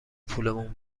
پولمون